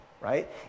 right